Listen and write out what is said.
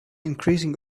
increasing